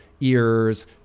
ears